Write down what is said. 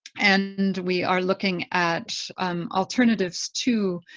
and we are looking at alternatives to